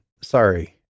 Sorry